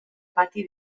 pati